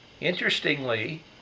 Interestingly